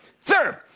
third